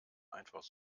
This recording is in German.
einfach